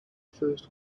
first